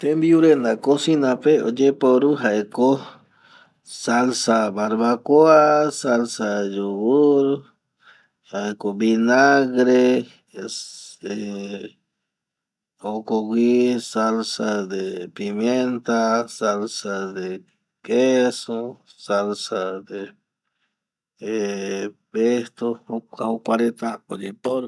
Tembiurenda cocina pe oyeporu jaeko salda barbacoa, salsa yogurt jaeko vinagre ˂hesitation˃ jokogüi salsa de pimienta, salsa de queso jokua jokua reta oyeporu.